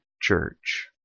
church